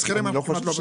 לשכירים לא.